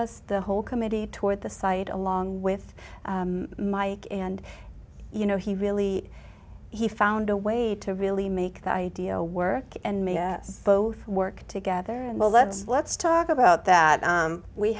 us the whole committee toured the site along with mike and you know he really he found a way to really make that idea work and made us both work together and well let's let's talk about that